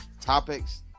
topics